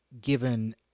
Given